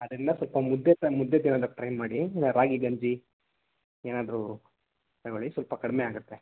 ಅದೆಲ್ಲ ಸ್ವಲ್ಪ ಮುದ್ದೆ ತ ಮುದ್ದೆ ತಿನ್ನೋದಕ್ಕೆ ಟ್ರೈ ಮಾಡಿ ರಾಗಿ ಗಂಜಿ ಏನಾದ್ರೂ ತೆಗೊಳ್ಳಿ ಸ್ವಲ್ಪ ಕಡಿಮೆ ಆಗುತ್ತೆ